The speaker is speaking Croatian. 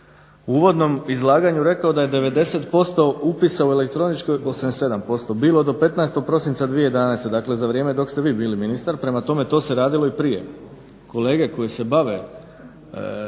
u uvodnom izlaganju rekao da je 90% upisa u elektroničkoj, 87% bilo do 15. prosinca 2011. Dakle, za vrijeme dok ste vi bili ministar. Prema tome, to se radilo i prije. Kolege koje se bave